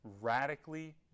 radically